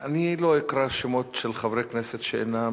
אני לא אקרא שמות של חברי כנסת שאינם